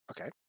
okay